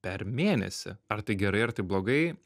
per mėnesį ar tai gerai ar tai blogai